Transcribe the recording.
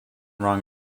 wrong